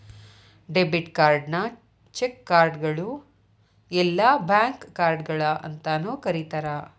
debit ಕಾರ್ಡ್ನ cheque ಕಾರ್ಡ್ಗಳು ಇಲ್ಲಾ ಬ್ಯಾಂಕ್ ಕಾರ್ಡ್ಗಳ ಅಂತಾನೂ ಕರಿತಾರ